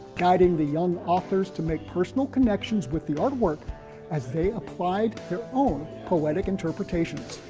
guiding the young authors to make personal connections with the artwork as they applied their own poetic interpretations.